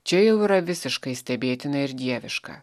čia jau yra visiškai stebėtina ir dieviška